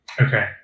Okay